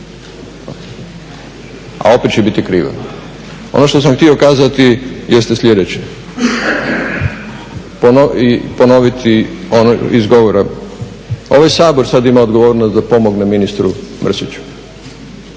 a opet će biti kriva. Ono što sam htio kazati jeste sljedeće, ponoviti iz govora, ovaj Sabor sada ima odgovornost da pomogne ministru Mrsiću